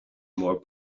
more